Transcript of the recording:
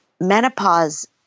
menopause